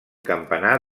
campanar